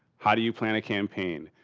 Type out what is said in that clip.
how do you plan a campaign?